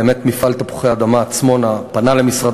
באמת מפעל "תפוחי-אדמה עצמונה" פנה למשרד